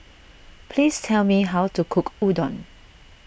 please tell me how to cook Udon